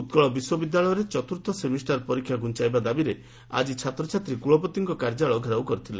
ଉକ୍ଳ ବିଶ୍ୱବିଦ୍ୟାଳୟରେ ଚତୁର୍ଥ ସେମିଷ୍ଟାର ପରୀକ୍ଷା ଘୁଞାଇବା ଦାବିରେ ଆକି ଛାତ୍ରଛାତ୍ରୀ କୁଳପତିଙ୍କ କାର୍ଯ୍ୟାଳୟ ଘେରାଉ କରିଛନ୍ତି